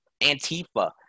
antifa